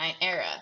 era